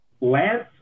Lance